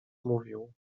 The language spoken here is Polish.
mówił